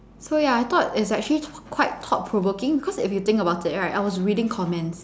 so ya I thought it's actually quite thought provoking because if you think about it right I was reading comments